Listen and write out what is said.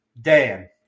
Dan